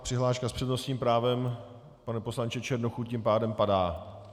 Přihláška s přednostním právem, pane poslanče Černochu, tím pádem padá?